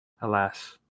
alas